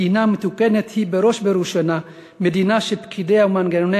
מדינה מתוקנת היא בראש ובראשונה מדינה שפקידיה ומנגנוני